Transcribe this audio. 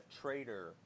Trader